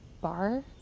bar